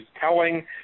telling